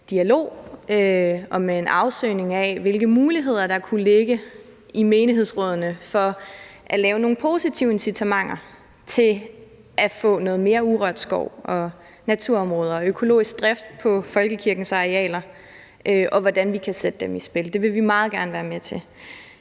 dialog kunne lave en afsøgning af, hvilke muligheder der kunne ligge i menighedsrådene for at lave nogle positive incitamenter til at få noget mere urørt skov og naturområder og økologisk drift på folkekirkens arealer, og hvordan vi kan sætte dem i spil. Det vil vi meget gerne være med til.